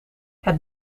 het